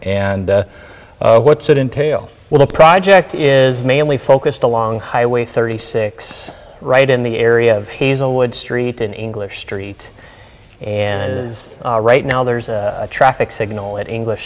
and what's it entailed when the project is mainly focused along highway thirty six right in the area of hazelwood street in english street and it is right now there's a traffic signal at english